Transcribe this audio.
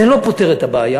זה לא פותר את הבעיה.